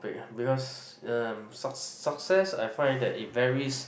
because um suc~ success I find that it varies